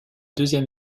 deuxième